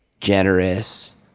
generous